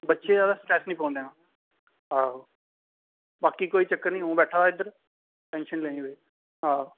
बच्चे ज्यादा स्ट्रैस नी पौन देना आहो बाकी कोई चक्कर नी आ'ऊं बैठा दा इद्धर टैंशन नेईं लैनी भाई आहो